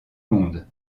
monde